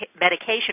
medication